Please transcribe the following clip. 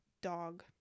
dog